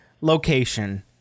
location